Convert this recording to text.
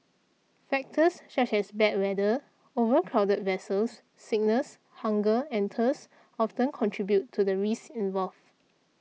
factors such as bad weather overcrowded vessels sickness hunger and thirst often contribute to the risks involved